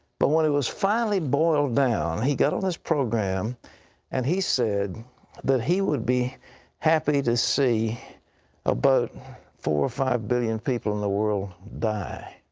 but when it was finally boiled down, he got on this program and he said that he would be happy to see about four or five billion people in the world die.